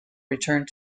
returned